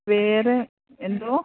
വേറെ എന്തോ